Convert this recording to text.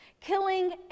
killing